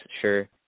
sure